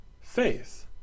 faith